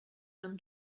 han